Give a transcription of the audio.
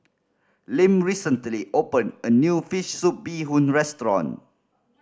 Lim recently opened a new fish soup bee hoon restaurant